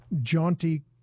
jaunty